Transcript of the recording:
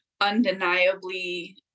undeniably